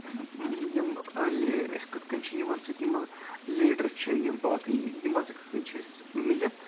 یِم أسۍ کِتھ کٕنۍ چھِ یِمن سۭتۍ یِم لیڈر چھِ یِم باقے یِمَن سۭتۍ کِتھ کٕنۍ چھِ أسۍ مِلِتھ